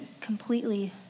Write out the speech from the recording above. completely